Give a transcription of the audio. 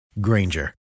Granger